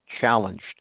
challenged